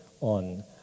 on